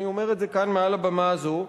ואני אומר את זה כאן מעל הבמה הזאת,